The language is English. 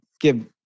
give